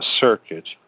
circuit